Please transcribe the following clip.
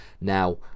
Now